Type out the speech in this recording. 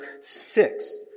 six